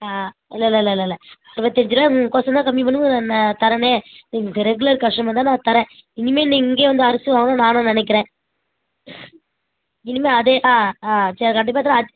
ஆ ஆ இல்லை இல்லை இல்லை இல்லை இல்லை அறுபத்தஞ்சிருவா உங்களுக்கொசரம் தான் கம்மி பண்ணி உங்களுக்கு நான் தரேன் நீங்கள் ரெகுலர் கஸ்டமர்னுதான் நான் தரேன் இனிமேல் நீங்கள் இங்கேயே வந்து அரிசி வாங்கணும்னு நானும் நினைக்குறேன் இனிமேல் அதே ஆ ஆ சரி கண்டிப்பாக தரேன்